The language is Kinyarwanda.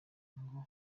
ngo